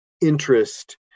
interest